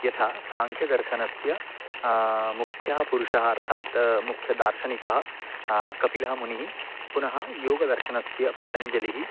यथा साङ्ख्यदर्शनस्य मुख्यः पुरुषः अर्थात् मुख्यदार्शनिकः कपिलः मुनिः पुनः योगदर्शनस्य पतञ्जलिः